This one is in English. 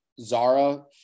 Zara